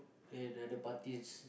and another party is